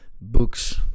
Books